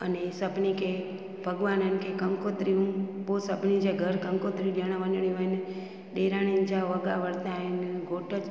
अने सभिनी खे भगवाननि खे गंगोत्रियूं पोइ सभिनी जे घर गंगोत्री ॾेयण वञणियूं आहिनि ॾेराणीनि जा वॻा वरिता आहिनि घोठ ज